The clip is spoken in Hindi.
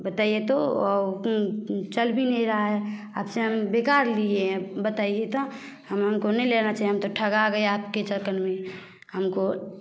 बताइए तो और चल भी नहीं रहा है आप से हम बेकार लिए बताइए तो हम हम को नहीं लेना चाहिए हम तो ठगा गए आपके चक्कर में हम को